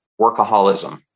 workaholism